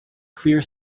clear